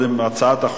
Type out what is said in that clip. חנא סוייד,